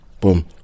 boom